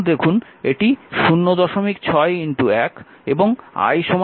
এখন দেখুন এটি 06I এবং I 5 অ্যাম্পিয়ার